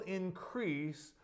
increase